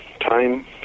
time